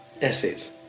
essays